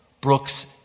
Brooks